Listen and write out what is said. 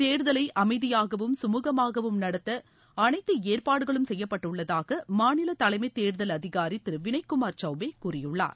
தேர்தலை அமைதியாகவும் சமூகமாகவும் நடத்த அனைத்து ஏற்பாடுகளும் செய்யப்பட்டுள்ளதாக மாநில தலைமைத் தேர்தல் அதிகாரி திரு வினய் குமார் சவுபே கூறியுள்ளார்